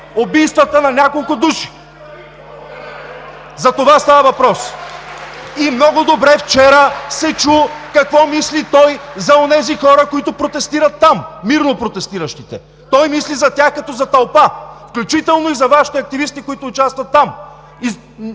Ръкопляскания от ГЕРБ и ОП.) За това става въпрос. Вчера много добре се чу какво мисли той за онези хора, които протестират там, мирно протестиращите – той мисли за тях като за тълпа, включително и за Вашите активисти, които участват там.